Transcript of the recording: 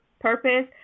purpose